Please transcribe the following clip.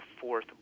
fourth